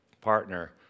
partner